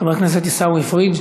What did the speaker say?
חבר הכנסת עיסאווי פריג'